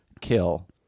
kill